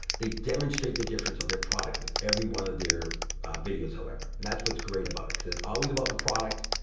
they demonstrate the difference of their product with every one of their videos however. and that's what's great about it, because it's always about the product.